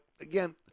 again